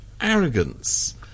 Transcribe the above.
arrogance